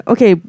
Okay